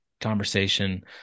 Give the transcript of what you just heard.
conversation